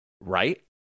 right